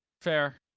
fair